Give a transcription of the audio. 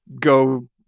go